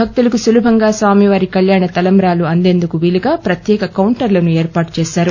భక్తుకు సుభంగా స్వామివారి కళ్యాడా తంబ్రాను అందించేందుకు ప్రత్యేక కౌంటర్లను ఏర్పాటు చేశారు